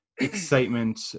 excitement